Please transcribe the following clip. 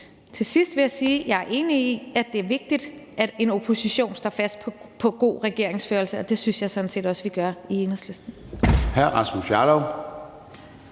Til sidst vil jeg sige, at jeg er enig i, at det er vigtigt, at en opposition står fast på god regeringsførelse, og det synes jeg sådan set også vi gør i Enhedslisten.